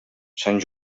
sant